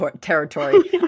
territory